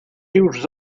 rius